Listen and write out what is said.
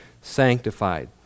sanctified